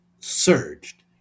surged